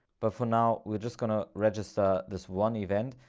but for now, we're just going to register this one event.